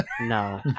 No